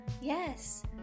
Yes